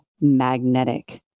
magnetic